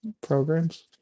programs